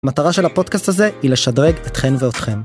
מטרה של הפודקאסט הזה היא לשדרג אתכן ואתכם.